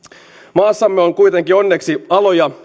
maassamme on kuitenkin onneksi aloja